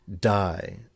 die